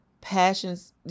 passions